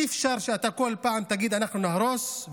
אי-אפשר שאתה כל פעם תגיד: אנחנו נהרוס,